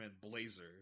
blazer